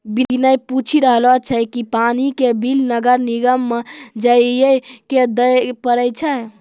विनय पूछी रहलो छै कि पानी के बिल नगर निगम म जाइये क दै पड़ै छै?